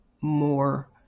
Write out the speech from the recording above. more